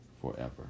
forever